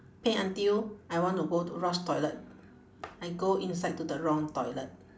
pain until I want to go to rush toilet I go inside to the wrong toilet